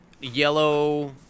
Yellow